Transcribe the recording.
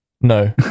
No